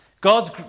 God's